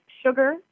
Sugar